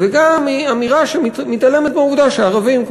והיא גם אמירה שמתעלמת מהעובדה שערבים,